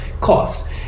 cost